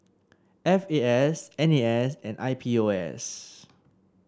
F A S N A S and I P O S